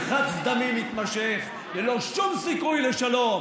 אחר פעם, למרחץ דמים מתמשך ללא שום סיכוי לשלום.